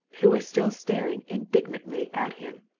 who was still staring indignantly at him.